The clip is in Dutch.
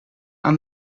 aan